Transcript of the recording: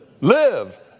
live